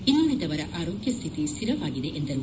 ಇನ್ನುಳಿದವರ ಆರೋಗ್ಯ ಸ್ಥಿತಿ ಸ್ಥಿರವಾಗಿದೆ ಎಂದರು